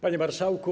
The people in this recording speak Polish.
Panie Marszałku!